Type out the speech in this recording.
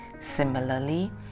Similarly